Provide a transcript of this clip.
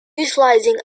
utilizing